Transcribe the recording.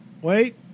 Wait